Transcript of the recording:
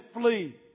Flee